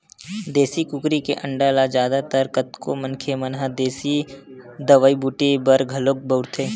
देसी कुकरी के अंडा ल जादा तर कतको मनखे मन ह देसी दवई बूटी बर घलोक बउरथे